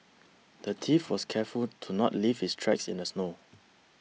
the thief was careful to not leave his tracks in the snow